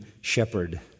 shepherd